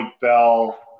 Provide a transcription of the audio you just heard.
Bell